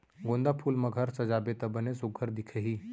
गोंदा फूल म घर सजाबे त बने सुग्घर दिखही